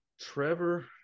Trevor